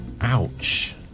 Ouch